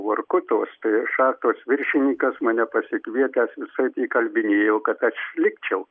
vorkutos šachtos viršininkas mane pasikvietęs visaip įkalbinėjo kad aš likčiau